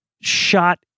shot